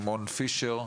שמעון פישר,